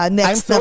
next